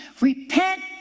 Repent